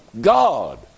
God